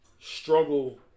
struggle